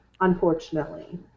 Unfortunately